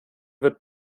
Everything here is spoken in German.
wird